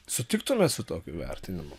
sutiktumėt su tokiu vertinimu